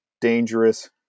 dangerous